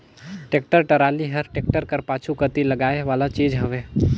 tractor trolley हर tractor कर पाछू कती लगाए वाला चीज हवे